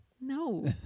no